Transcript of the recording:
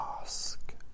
Ask